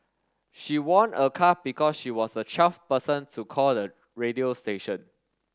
she won a car because she was the twelfth person to call the radio station